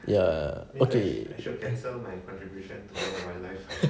ya okay